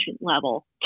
level